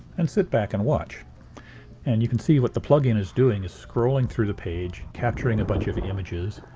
and sit back, and watch and you can see what the plug-in is doing is scrolling through the page capturing a bunch of images,